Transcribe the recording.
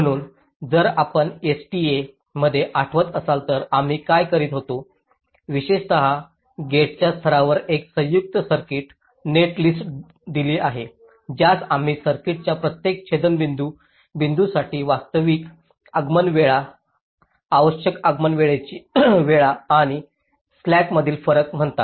म्हणून जर आपण STA मध्ये आठवत असाल तर आम्ही काय करीत होतो विशेषत गेटच्या स्तरावर एक संयुक्त सर्किट नेटलिस्ट दिली आहे ज्यास आम्ही सर्किटच्या प्रत्येक छेदनबिंदू बिंदूंसाठी वास्तविक आगमन वेळा आवश्यक आगमनाचे वेळा आणि स्लॅकमधील फरक म्हणतात